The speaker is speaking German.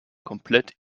komplett